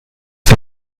die